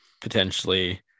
potentially